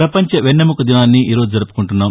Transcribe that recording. ప్రపంచ వెన్నెముక దినాన్ని ఈరోజు జరుపు కుంటున్నాం